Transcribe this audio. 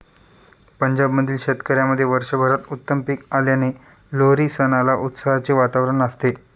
पंजाब मधील शेतकऱ्यांमध्ये वर्षभरात उत्तम पीक आल्याने लोहरी सणाला उत्साहाचे वातावरण असते